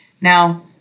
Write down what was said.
Now